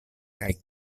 kaj